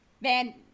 Man